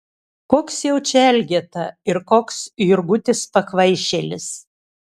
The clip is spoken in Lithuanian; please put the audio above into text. koks jau čia elgeta ir koks jurgutis pakvaišėlis